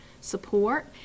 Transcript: support